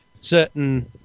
certain